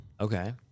Okay